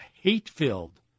hate-filled